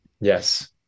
Yes